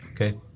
Okay